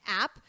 app